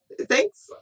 thanks